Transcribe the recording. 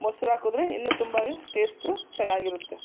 ಮೊಸ್ರು ಹಾಕಿದ್ರೆ ಇನ್ನೂ ತುಂಬ ಟೇಸ್ಟು ಚೆನ್ನಾಗಿರುತ್ತೆ